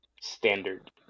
Standard